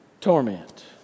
torment